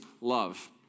love